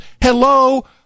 Hello